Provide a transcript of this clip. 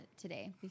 today